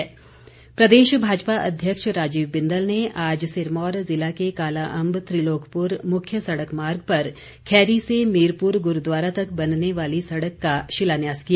बिंदल प्रदेश भाजपा अध्यक्ष राजीव बिंदल ने आज सिरमौर जिला के कालाअम्ब त्रिलोकपुर मुख्य सड़क मार्ग पर खैरी से मीरपुर गुरूद्वारा तक बनने वाली सड़क का शिलान्यास किया